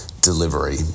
delivery